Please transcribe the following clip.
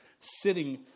sitting